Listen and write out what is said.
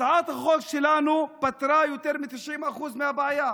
הצעת החוק שלנו פתרה יותר מ-90% מהבעיה.